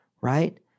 right